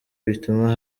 bituma